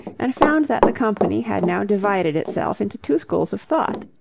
and found that the company had now divided itself into two schools of thought.